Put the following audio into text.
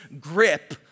grip